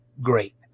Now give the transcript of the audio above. great